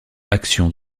actions